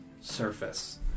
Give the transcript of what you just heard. surface